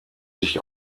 sich